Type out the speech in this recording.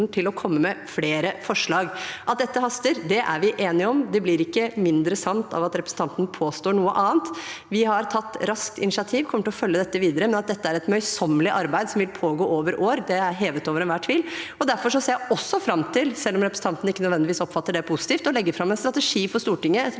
til å komme med flere forslag. At dette haster, er vi enige om. Det blir ikke mindre sant av at representanten påstår noe annet. Vi har raskt tatt initiativ og kommer til å følge dette videre, men at dette er et møysommelig arbeid som vil pågå over år, er hevet over enhver tvil. Derfor ser jeg også fram til – selv om representanten ikke nødvendigvis oppfatter det positivt – å legge fram en strategi for Stortinget etter